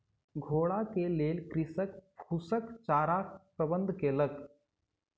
घोड़ा के लेल कृषक फूसक चाराक प्रबंध केलक